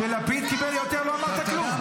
כשלפיד קיבל יותר, לא אמרת כלום.